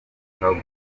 ushaka